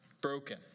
broken